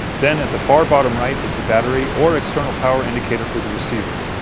then, at the far bottom right is the battery or external power indicator for the receiver.